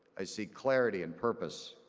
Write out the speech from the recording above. i see clarity and purpose.